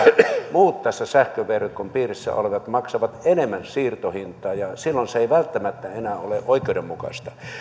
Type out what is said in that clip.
muut tässä sähköverkon piirissä olevat maksavat enemmän siirtohintaa ja silloin se ei välttämättä enää ole oikeudenmukaista